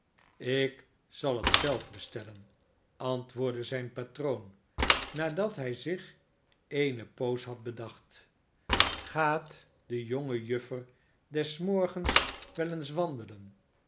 ik zal het zelf bestellen antwoordde zijn patroon nadat hij zich eene poos had bedacht gaat de jonge juffer des morgens wel eens wandelen